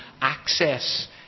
access